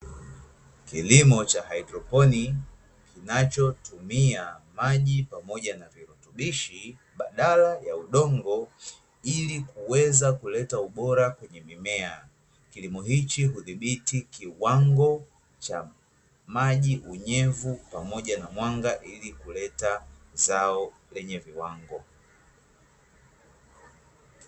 Kilimo cha haidroponiki kinachotumia maji pamoja na virutubishi badala ya udongo ili kuweza kuleta ubora wa mimea. Kilimo hichi hudhibiti kiwango cha maji, unyevu pamoja na mwanga ili kuleta zao lenye viwango.